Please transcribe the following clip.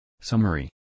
Summary